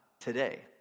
today